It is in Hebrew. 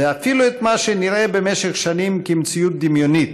ואפילו את מה שנראה במשך שנים כמציאות דמיונית: